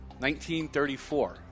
1934